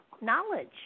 knowledge